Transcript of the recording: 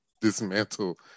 dismantle